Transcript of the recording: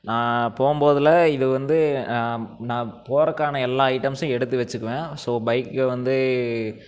நான் போகும்போதுல இது வந்து நான் போறதுக்கான எல்லா ஐட்டம்ஸும் எடுத்து வச்சுக்குவேன் ஸோ பைக்கை வந்து